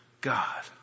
God